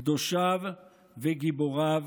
קדושיו וגיבוריו".